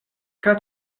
qu’as